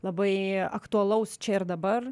labai aktualaus čia ir dabar